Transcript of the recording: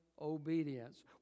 obedience